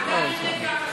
אם כן,